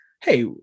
Hey